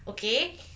okay